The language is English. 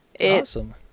Awesome